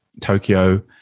Tokyo